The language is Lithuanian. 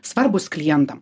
svarbūs klientam